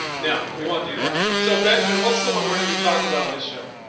no, we won't do that. so benjamin, what's the one we're gonna be talking about on this show?